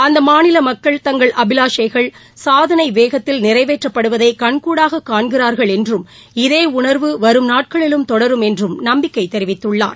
அந்த மாநில மக்கள் தங்கள் அபிலாஷைகள் சாதனை வேகத்தில் நிறைவேற்றப்படுவதை கண்கூடாக காண்கிறார்கள் என்றும் இதே உணர்வு வரும் நாட்களிலும் தொடரும் என்றும் நம்பிக்கை தெரிவித்துள்ளார்